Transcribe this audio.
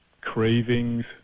cravings